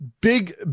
big